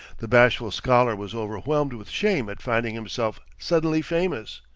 the bashful scholar was overwhelmed with shame at finding himself suddenly famous.